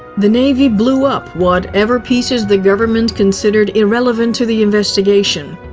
the navy blew up whatever pieces the government considered irrelevant to the investigation.